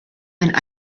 and